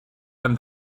and